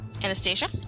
anastasia